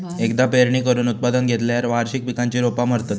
एकदा पेरणी करून उत्पादन घेतल्यार वार्षिक पिकांची रोपा मरतत